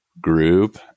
group